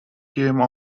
came